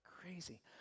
Crazy